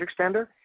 extender